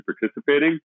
participating